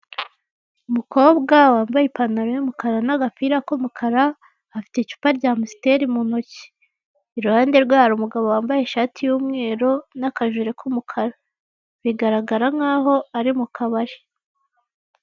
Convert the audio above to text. Umukobwa wambaye ipantaro y'umukara n'agapira k'umukara, afite icupa rya amusiteri mu ntoki. Iruhande rwe hari umugabo wambaye ishati y'umweru n'akajire k'umukara. Bigaragara nk'aho ari mu kabari.